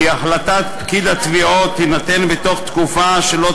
כי החלטת פקיד התביעות תינתן בתוך תקופה שלא